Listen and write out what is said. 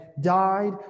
died